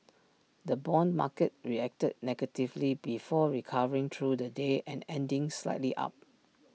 the Bond market reacted negatively before recovering through the day and ending slightly up